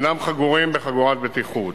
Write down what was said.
אינם חגורים בחגורת בטיחות.